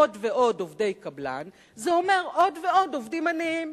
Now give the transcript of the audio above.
עוד ועוד עובדי קבלן זה אומר עוד ועוד עובדים עניים,